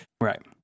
Right